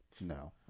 no